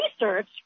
research